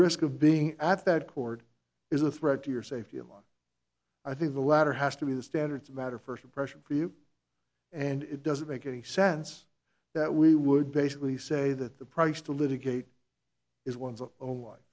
risk of being at that court is a threat to your safety and i think the latter has to be the standards matter first impression for you and it doesn't make any sense that we would basically say that the price to litigate is ones o